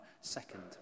second